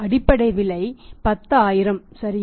அடிப்படை விலை 10000 சரியா